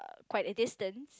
quite a distance